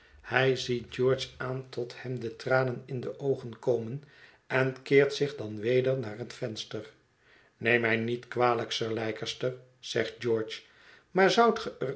hij ziet george aan tot hem de tranen in de oogen komen en keert zich dan weder naar het venster neem mij niet kwalijk sir leicester zegt george maar zoudt